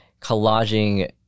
collaging